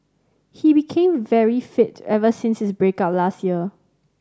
he became very fit ever since his break up last year